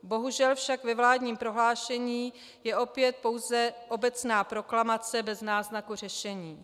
Bohužel však ve vládním prohlášení je opět pouze obecná proklamace bez náznaku řešení.